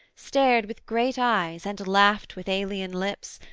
stared with great eyes, and laughed with alien lips,